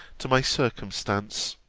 to my circumstance